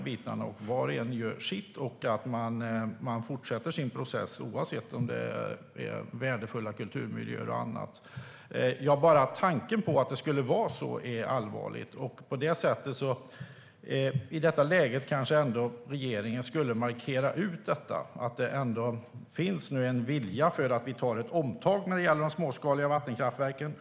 Var och en gör sitt, och man fortsätter sin process även om det är värdefulla kulturmiljöer och annat. Bara tanken på att det skulle vara så är allvarlig, och i det läget kanske regeringen ändå skulle markera att det finns en vilja att ta ett omtag när det gäller de småskaliga vattenkraftverken.